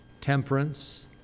temperance